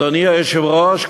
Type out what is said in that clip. אדוני היושב-ראש,